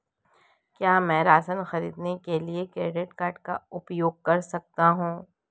क्या मैं राशन खरीदने के लिए क्रेडिट कार्ड का उपयोग कर सकता हूँ?